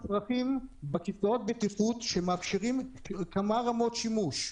בכיסאות בטיחות יש מצבים שמאפשרים כמה רמות שימוש.